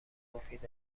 مفید